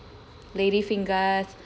lady fingers